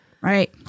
right